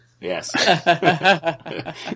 Yes